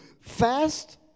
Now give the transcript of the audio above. fast